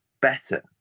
better